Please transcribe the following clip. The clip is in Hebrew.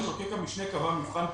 מחוקק המשנה קבע מבחן פשוט,